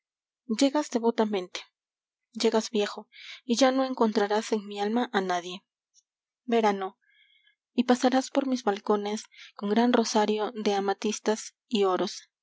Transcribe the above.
tardes llegas devotamente llegas viejo i y ya no encontrarás en mi lmn a nadie verano y pasarás por mn balcones con gran rosario de amatistas y oros